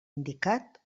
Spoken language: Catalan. indicat